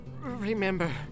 Remember